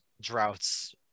droughts